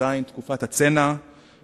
עדיין תקופת הצנע,